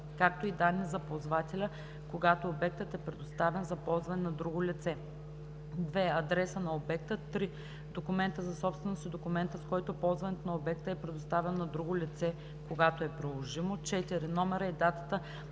както и данни за ползвателя, когато обектът е предоставен за ползване на друго лице; 2. адреса на обекта; 3. документа за собственост и документа, с който ползването на обекта е предоставено на друго лице – когато е приложимо; 4. номера и датата